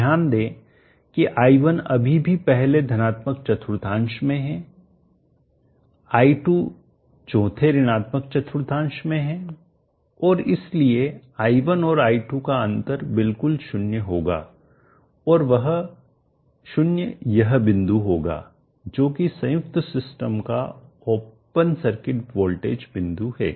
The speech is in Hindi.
ध्यान दें कि i1 अभी भी पहले धनात्मक चतुर्थांश में है i2 4th ऋणात्मक चतुर्थांश में है और इसलिए i1 और i2 का अंतर बिल्कुल 0 होगा और वह 0 यह बिंदु होगा जो कि संयुक्त सिस्टम का ओपन सर्किट वोल्टेज बिंदु है